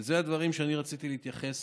אלה הדברים שרציתי להתייחס